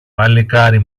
παλικάρι